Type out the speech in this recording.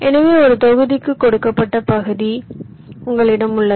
எனவே ஒரு தொகுதிக்கு கொடுக்கப்பட்ட பகுதி உங்களிடம் உள்ளது